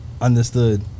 Understood